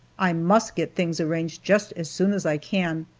i must get things arranged just as soon as i can,